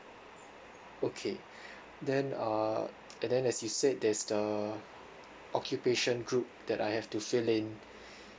okay then uh and then as you said there's uh occupation group that I have to fill in